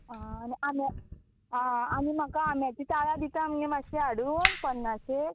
आं आनी आम्या आं आनी म्हाका आम्याची ताळें दिता मातशे हाडून पन्नाशेक